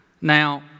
Now